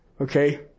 Okay